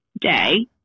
day